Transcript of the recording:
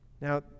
Now